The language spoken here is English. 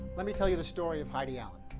let me tell you the story of heidi allen.